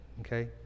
okay